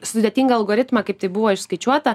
sudėtingą algoritmą kaip tai buvo išskaičiuota